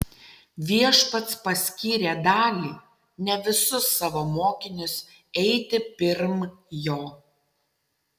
viešpats paskyrė dalį ne visus savo mokinius eiti pirm jo